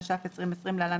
התש"ף 2020 (להלן,